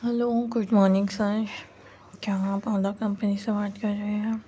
hello good morning sir کیا آپ Ola company سے بات کر رہے ہیں